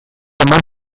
eman